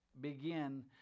begin